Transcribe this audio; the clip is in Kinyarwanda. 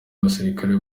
basirikare